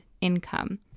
income